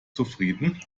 zufrieden